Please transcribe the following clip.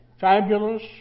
fabulous